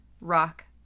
rock